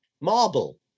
Marble